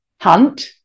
Hunt